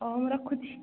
ହେଉ ମୁଁ ରଖୁଛି